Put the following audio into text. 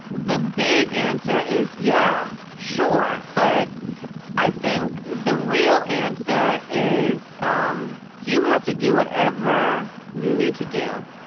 the big answer is yeah, sure. but i think the real answer is um you have to do whatever you need to do.